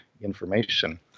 Information